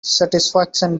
satisfaction